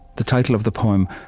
the title of the poem,